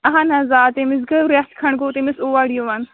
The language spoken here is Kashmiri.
اَہن حظ آ تٔمِس گوٚو رٮ۪تھ کھٔنڈ گوٚو تٔمِس اور یِوان